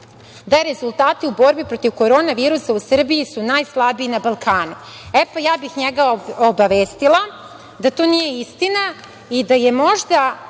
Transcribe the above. da rezultati u borbi protiv korona virusa u Srbiji su najslabiji na Balkanu. Ja bih njega obavestila da to nije istina i da je možda